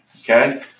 Okay